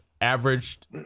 averaged